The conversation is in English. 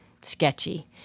sketchy